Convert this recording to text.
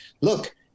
Look